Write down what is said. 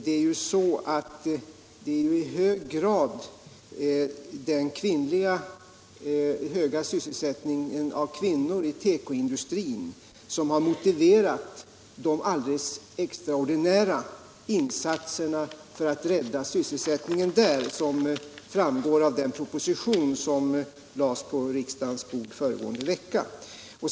Det är i stor utsträckning den höga sysselsättningen av kvinnor i tekoindustrin som har motiverat de extraordinära insatserna för att rädda sysselsättningen där, vilket framgår av den proposition som lades på riksdagens bord föregående vecka.